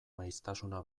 maiztasuna